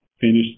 finished